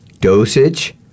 dosage